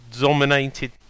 dominated